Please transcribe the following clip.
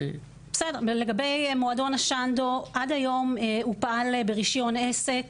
לגבי מועדון השנדו, עד היום הוא פעל ברישיון עסק